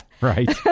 Right